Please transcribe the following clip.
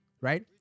Right